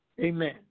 Amen